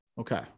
Okay